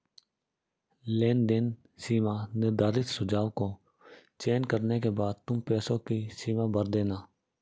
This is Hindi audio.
लेनदेन सीमा निर्धारित सुझाव को चयन करने के बाद तुम पैसों की सीमा भर देना